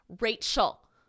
rachel